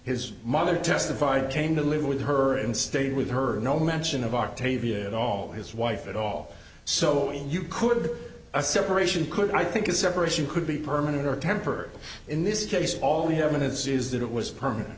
his mother testified came to live with her and stayed with her and no mention of octavia at all his wife at all so you could a separation could i think a separation could be permanent or temporary in this case all the evidence is that it was permanent